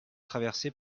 traversée